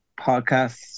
podcast